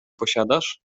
posiadasz